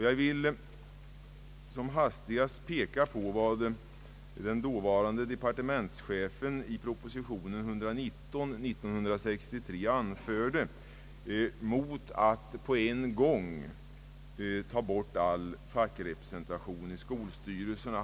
Jag vill som hastigast peka på vad dåvarande departementschefen i propositionen 119:1963 anförde mot tanken att på en gång ta bort all fackrepresentation i skolstyrelserna.